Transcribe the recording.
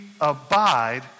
abide